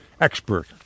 expert